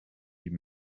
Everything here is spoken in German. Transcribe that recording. die